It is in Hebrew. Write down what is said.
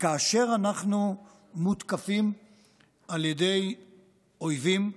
כאשר אנחנו מותקפים על ידי אויבים,